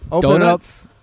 Donuts